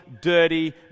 dirty